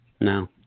No